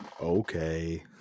okay